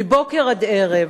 מבוקר עד ערב,